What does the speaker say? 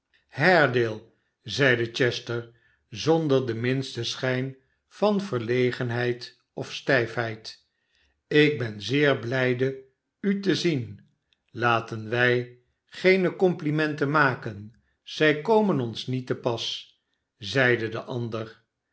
haredale zeide chester zonder den minsten schijn van verlegenheid of stijfheid ik ben zeer blijde u te zien laten wij geene complimenten maken zij komen ons niet te pas zeide de ander